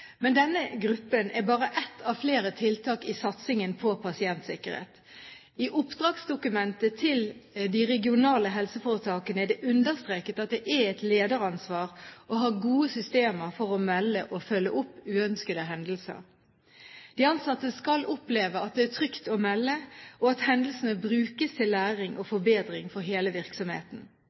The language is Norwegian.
Men denne gruppen er bare ett av flere tiltak i satsingen på pasientsikkerhet. I oppdragsdokumentet til de regionale helseforetakene er det understreket at det er et lederansvar å ha gode systemer for å melde om og følge opp uønskede hendelser. De ansatte skal oppleve at det er trygt å melde, og at hendelsene brukes til læring og forbedring for hele virksomheten.